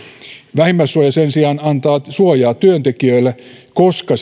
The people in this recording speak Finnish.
vähimmäissuoja sen sijaan antaa suojaa työntekijöille koska